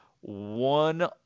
one